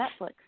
Netflix